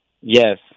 Yes